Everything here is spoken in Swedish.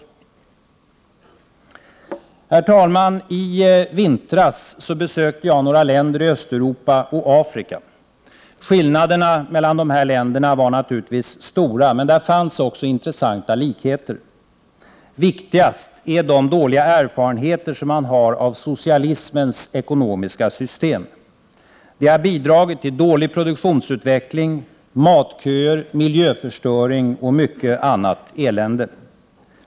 Herr talman! I vintras besökte jag några länder i Östeuropa och Afrika. Skillnaderna mellan de länderna var naturligtvis stora, men där fanns också intressanta likheter. Viktigast är de dåliga erfarenheter som man har av socialismens ekonomiska system. Det har bidragit till dålig produktionsutveckling, matköer, miljöförstöring och mycket annat elände.